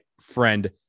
friend